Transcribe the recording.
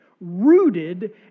rooted